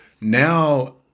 now